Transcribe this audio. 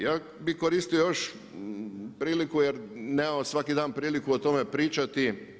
Ja bih koristio još priliku jer nemamo svaki dan priliku o tome pričati.